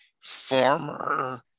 former